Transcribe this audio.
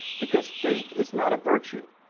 because faith is not a virtue.